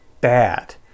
bad